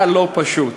היה לא פשוט.